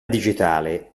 digitale